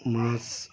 মাছ